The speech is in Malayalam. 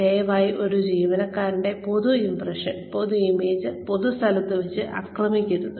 ദയവായി ഒരു ജീവനക്കാരന്റെ പൊതു ഇംപ്രഷൻ പൊതു ഇമേജ് പൊതുസ്ഥലത്ത് വച്ച് ആക്രമിക്കരുത്